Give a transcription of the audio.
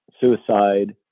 suicide